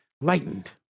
Lightened